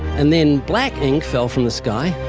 and then black ink fell from the sky,